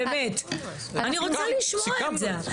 באמת, אני רוצה לשמוע אותה.